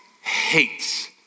hates